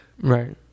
Right